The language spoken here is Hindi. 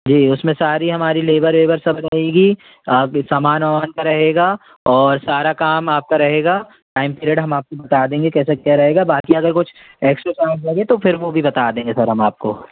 जी उसमें सारी हमारी लेबर वेबर सब रहेगी आपके सामान ओमान का रहेगा और सारा काम आपका रहेगा टाइम पीरियड हम आपको बता देंगे कैसे क्या रहेगा बाकी अगर कुछ एक्स्ट्रा सामान लगे तो फिर वो भी बता देंगे सर हम आपको